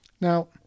Now